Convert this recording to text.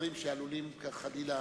דברים שעלולים, חלילה,